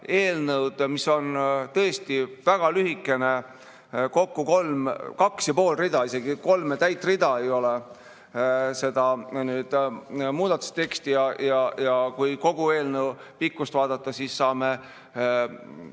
eelnõu on väga lühikene: kokku kaks ja pool rida. Isegi kolme täit rida ei ole seda muudatuse teksti ja kui kogu eelnõu pikkust vaadata, siis saame